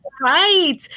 Right